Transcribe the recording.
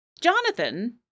Jonathan